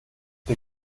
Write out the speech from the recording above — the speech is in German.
der